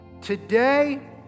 Today